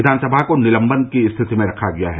विघानसभा को निलंबन की स्थिति में रखा गया है